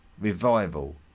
revival